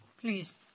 Please